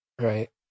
Right